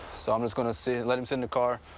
so i'm just going to see, let him sit in the car.